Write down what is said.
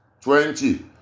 Twenty